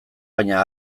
baina